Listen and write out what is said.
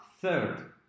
third